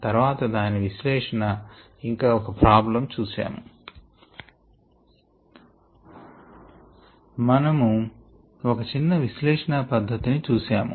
తర్వాత దాని విశ్లేషణ ఇంకా ఒక ప్రాబ్లమ్ చూశాము మనము ఒక చిన్న విశ్లేషణ పద్ధతిని చూసాము